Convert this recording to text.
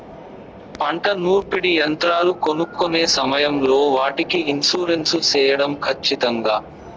పంట నూర్పిడి యంత్రాలు కొనుక్కొనే సమయం లో వాటికి ఇన్సూరెన్సు సేయడం ఖచ్చితంగా?